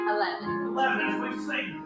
Eleven